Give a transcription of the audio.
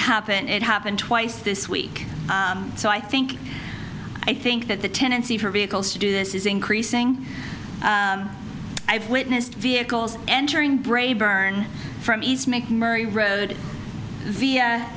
happen it happened twice this week so i think i think that the tendency for vehicles to do this is increasing i've witnessed vehicles entering bray burn from east make murray road via